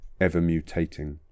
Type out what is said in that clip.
ever-mutating